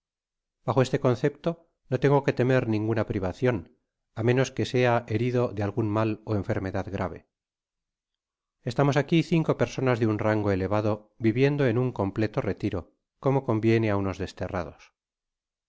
bajo este concepto no tengo que temer ninguna privacion á menos que sea herid de algun mal ó enfermedad grave estamos aqui oiaco personas de un rango elevado viviendo en un completo retiro como conviene á unos desterrados